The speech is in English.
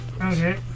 Okay